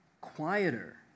quieter